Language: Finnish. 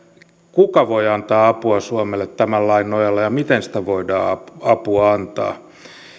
kuka voi antaa apua suomelle tämän lain nojalla ja miten sitä apua voidaan antaa